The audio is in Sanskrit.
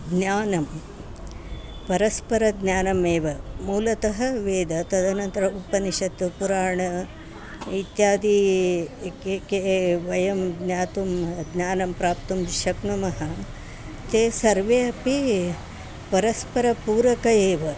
ज्ञानं परस्परज्ञानमेव मूलतः वेदः तदनन्तरम् उपनिषत् पुराणम् इत्यादी के के वयं ज्ञातुं ज्ञानं प्राप्तुं शक्नुमः ते सर्वे अपि परस्परपूरकाः एव